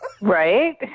Right